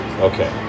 Okay